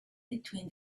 between